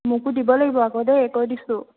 মোকো দিব লাগিব আকৌ দেই কৈ দিছোঁ